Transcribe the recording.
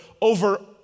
over